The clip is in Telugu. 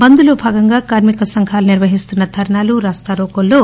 బంద్ లో భాగంగా కార్మిక సంఘాలు నిర్వహిస్తున్న ధర్నాలు రాస్తా రోకోల్లో